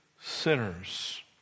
sinners